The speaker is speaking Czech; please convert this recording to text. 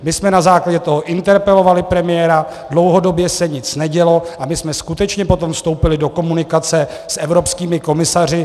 My jsme na základě toho interpelovali premiéra, dlouhodobě se nic nedělo, a my jsme skutečně potom vstoupili do komunikace s evropskými komisaři.